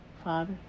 Father